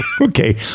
Okay